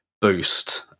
boost